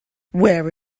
where